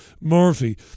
Murphy